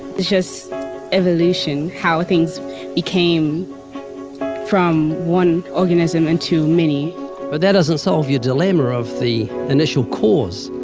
it's just evolution, how things became from one organism into many. but that doesn't solve your dilemma of the initial cause.